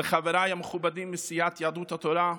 לחבריי המכובדים מסיעת יהדות התורה,